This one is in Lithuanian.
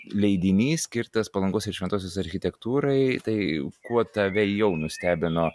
leidinys skirtas palangos ir šventosios architektūrai tai kuo tave jau nustebino